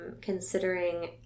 considering